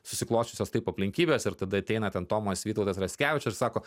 susiklosčiusios taip aplinkybės ir tada ateina ten tomas vytautas raskevičius ir sako